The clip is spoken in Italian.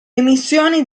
emissioni